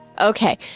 Okay